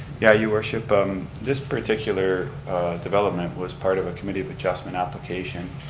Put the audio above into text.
yeah your worship um this particular development was part of a committee of adjustment application.